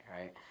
right